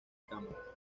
cámara